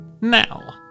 Now